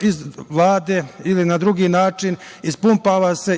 iz Vlade ili na drugi način i narod se još